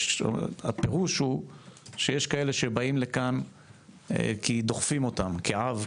הפירוש הוא שיש כאלה שבאים לכאן כי דוחפים אותם כעב,